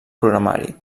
programari